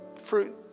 fruit